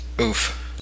Oof